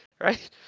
right